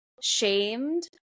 shamed